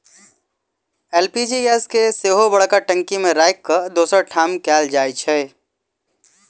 LPG gas के सेहो बड़का टंकी मे राखि के दोसर ठाम कयल जाइत छै